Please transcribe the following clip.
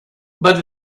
but